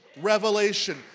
revelation